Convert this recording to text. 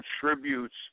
contributes